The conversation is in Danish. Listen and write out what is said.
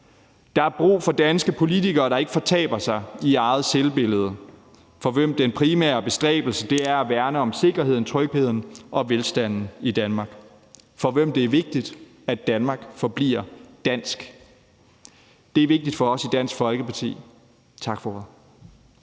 Der er brug for danske politikere, der ikke fortaber sig i eget selvbillede, for hvem den primære bestræbelse er at værne om sikkerheden, trygheden og velstanden i Danmark, og for hvem det er vigtigt, at Danmark forbliver dansk. Det er vigtigt for os i Dansk Folkeparti. Tak for